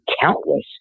countless